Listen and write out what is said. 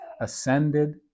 ascended